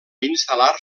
instal·lar